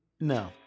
No